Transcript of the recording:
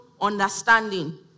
understanding